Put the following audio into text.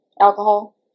alcohol